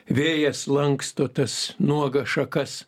vėjas lanksto tas nuogas šakas